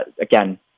again